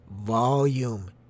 Volume